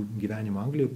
gyvenimą anglijoj